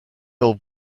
old